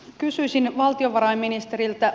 kysyisin valtiovarainministeriltä